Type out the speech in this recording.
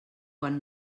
quan